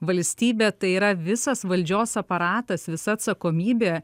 valstybė tai yra visas valdžios aparatas visa atsakomybė